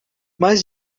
mas